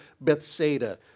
Bethsaida